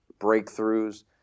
breakthroughs